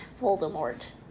Voldemort